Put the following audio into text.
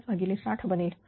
5 भागिले 60 बनेल